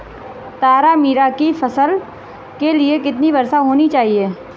तारामीरा की फसल के लिए कितनी वर्षा होनी चाहिए?